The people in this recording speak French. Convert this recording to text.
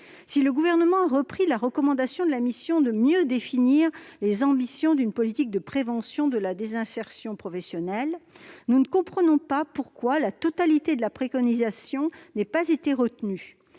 Si le Gouvernement a repris la recommandation de la mission préconisant de mieux définir les ambitions d'une politique de prévention de la désinsertion professionnelle, nous ne comprenons pas pourquoi celle-ci n'a pas été retenue